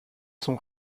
sont